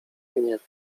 gniew